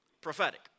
Prophetic